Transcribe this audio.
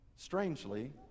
Strangely